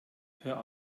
hör